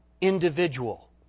individual